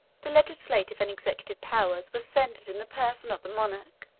the legislative and executive powers were centred in the person of the monarch,